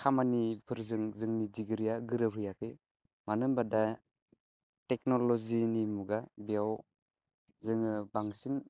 खामानिफोरजों जोंनि डिग्रीआ गोरोबहैयाखै मानो होनोबा दा टेक्न'लजि मुगा बेयाव जोङो बांसिन